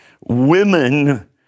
women